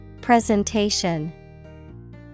Presentation